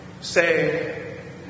say